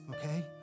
Okay